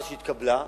שהתקבלה אז.